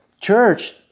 church